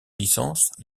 licence